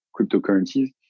cryptocurrencies